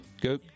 go